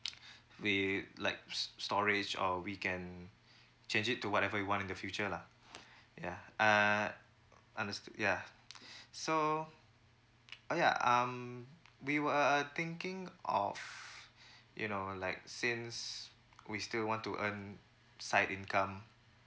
with like storage or we can change it to whatever we want in the future lah yeah uh understood yeah so uh ya um we were uh thinking of you know like since we still want to earn side income